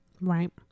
Right